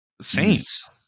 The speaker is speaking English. saints